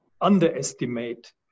underestimate